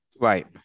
Right